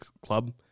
club